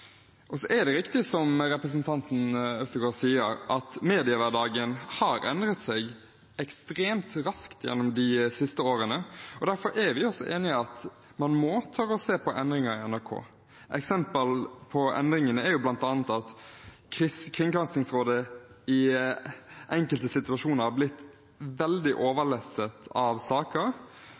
og kunnskap til alle. Så er det riktig som representanten Øvstegård sier, at mediehverdagen har endret seg ekstremt raskt gjennom de siste årene. Derfor er vi også enig i at man må tørre å se på endringer i NRK. Eksempler på endringene er bl.a. at Kringkastingsrådet i enkelte situasjoner er blitt veldig overlesset av saker,